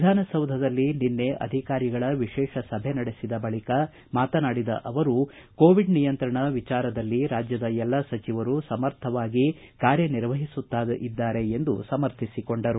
ವಿಧಾನಸೌಧದಲ್ಲಿ ನಿನ್ನೆ ಅಧಿಕಾರಿಗಳ ವಿಶೇಷ ಸಭೆ ನಡೆದಿದ ಬಳಿಕ ಮಾತನಾಡಿದ ಅವರು ಕೋವಿಡ್ ನಿಯಂತ್ರಣ ವಿಚಾರದಲ್ಲಿ ರಾಜ್ಯದ ಎಲ್ಲ ಸಚಿವರು ಸಮರ್ಥವಾಗಿ ಕಾರ್ಯ ನಿರ್ವಹಿಸುತ್ತಿದ್ದಾರೆ ಎಂದು ಸಮರ್ಥಿಸಿಕೊಂಡರು